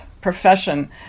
profession